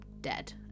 dead